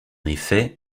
effet